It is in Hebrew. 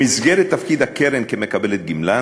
במסגרת תפקיד הקרן כמקבלת גמלה,